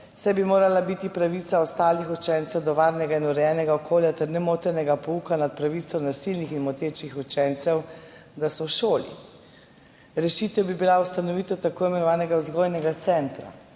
saj bi morala biti pravica ostalih učencev do varnega in urejenega okolja ter nemotenega pouka nad pravico nasilnih in motečih učencev, da so v šoli. Rešitev bi bila ustanovitev tako imenovanega vzgojnega centra.«